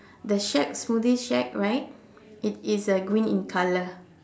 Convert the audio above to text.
the shack smoothie shack right it is uh green in color